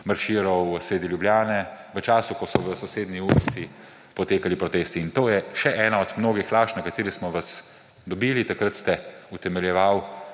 marširali sredi Ljubljane v času, ko so v sosednji ulici potekali protesti. In to je še ena od mnogih laži, na kateri smo vas dobili. Takrat ste utemeljevali,